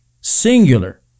singular